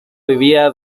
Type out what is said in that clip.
vivía